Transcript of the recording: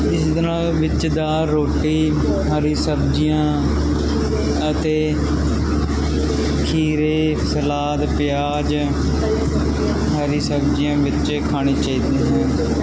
ਇਸ ਦੇ ਨਾਲ ਵਿੱਚ ਦਾਲ ਰੋਟੀ ਹਰੀਆਂ ਸਬਜ਼ੀਆਂ ਅਤੇ ਖੀਰੇ ਸਲਾਦ ਪਿਆਜ਼ ਹਰੀਆਂ ਸਬਜ਼ੀਆਂ ਵਿੱਚ ਖਾਣਾ ਚਾਹੀਦਾ ਹੈ